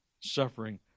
suffering